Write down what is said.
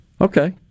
Okay